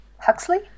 Huxley